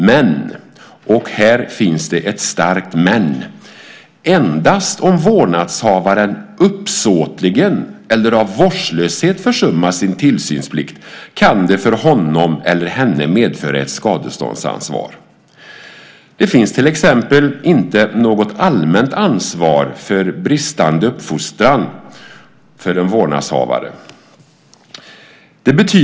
Men - här finns det ett starkt "men" - endast om vårdnadshavaren uppsåtligen eller av vårdslöshet försummat sin tillsynsplikt kan det för honom eller henne medföra ett skadeståndsansvar. Det finns till exempel inte något allmänt ansvar för bristande uppfostran för en vårdnadshavare.